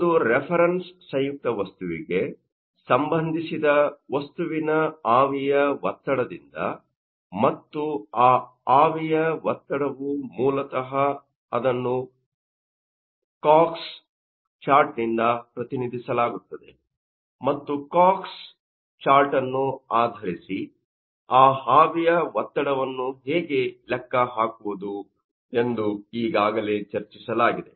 ಒಂದು ರೆಫರನ್ಸ್ಸಂಯುಕ್ತವಸ್ತುವಿಗೆ ಸಂಬಂಧಿಸಿದ ವಸ್ತುವಿನ ಆವಿಯ ಒತ್ತಡದಿಂದ ಮತ್ತು ಮತ್ತು ಆ ಆವಿಯ ಒತ್ತಡವು ಮೂಲತಃ ಅದನ್ನು ಕಾಕ್ಸ್COX ಚಾರ್ಟ್ನಿಂದ ಪ್ರತಿನಿಧಿಸಲಾಗುತ್ತದೆ ಮತ್ತು ಕಾಕ್ಸ್ ಚಾರ್ಟ್ ಅನ್ನು ಆಧರಿಸಿ ಆ ಆವಿಯ ಒತ್ತಡವನ್ನು ಹೇಗೆ ಲೆಕ್ಕ ಹಾಕುವುದು ಎಂದು ಈಗಾಗಲೇ ಚರ್ಚಿಸಲಾಗಿದೆ